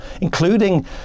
including